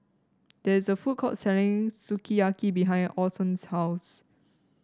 there is a food court selling Sukiyaki behind Orson's house